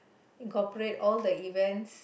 incorporate all the event